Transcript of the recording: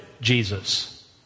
Jesus